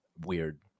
weird